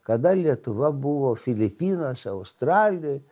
kada lietuva buvo filipinuose australijoj